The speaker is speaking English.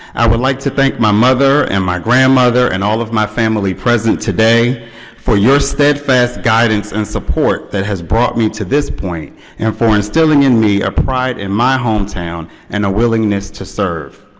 i would like to thank my mother and my grandmother and all of my family present today for your steadfast guidance and support that has brought me to this point and for instilling in me a bride in my hometown and a willingness to serve.